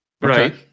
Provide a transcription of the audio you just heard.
Right